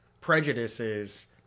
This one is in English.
prejudices